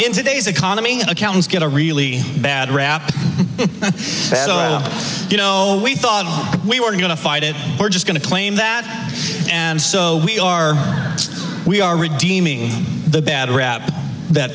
in today's economy accountants get a really bad rap battle you know we thought we were going to fight it we're just going to claim that and so we are we are redeeming the bad rap that